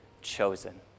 chosen